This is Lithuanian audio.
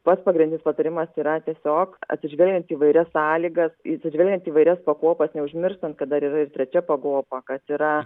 pats pagrindinis patarimas yra tiesiog atsižvelgiant į įvairias sąlygas į atsižvelgiant į įvairias pakopas neužmirštant kad dar yra ir trečia pakopa kas yra